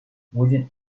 within